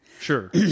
Sure